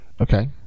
Okay